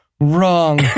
wrong